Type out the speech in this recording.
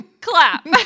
Clap